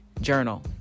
journal